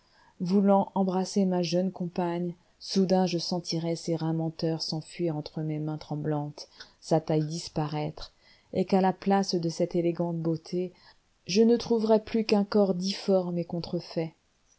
voulant embrasser ma jeune compagne soudain je sentirais ses reins menteurs s'enfuir entre mes mains tremblantes sa taille disparaître et qu'à la place de cette élégante beauté je ne trouverais plus qu'un corps difforme et contrefait